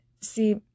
See